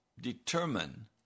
determine